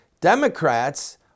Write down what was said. Democrats